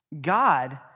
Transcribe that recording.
God